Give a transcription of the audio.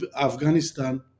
Afghanistan